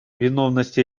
виновности